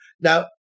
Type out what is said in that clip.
Now